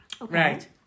right